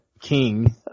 king